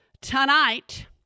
tonight